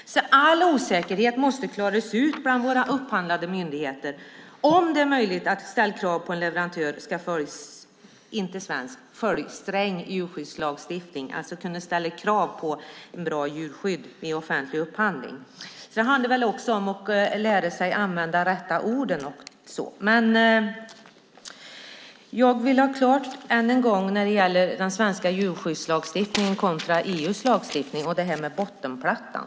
All osäkerhet måste klaras ut hos våra upphandlande myndigheter. Man ska ha möjlighet att ställa krav på ett bra djurskydd vid offentlig upphandling. Det handlar också om att lära sig att använda de rätta orden. Jag vill ha klarhet, än en gång, när det gäller den svenska djurskyddslagstiftningen kontra EU:s lagstiftning och detta med bottenplattan.